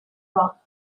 rock